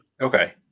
Okay